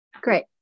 Great